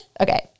Okay